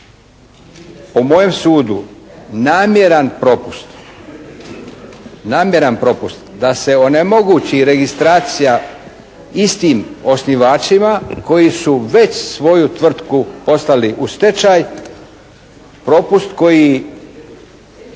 propust, namjeran propust da se onemogući registracija istim osnivačima koji su već svoju tvrtku poslali u stečaj, propust koji